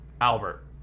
Albert